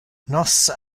nos